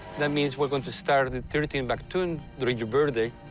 that means we're going to start the thirteenth baktun during your birthday,